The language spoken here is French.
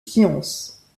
sciences